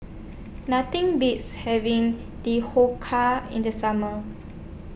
Nothing Beats having Dhokla in The Summer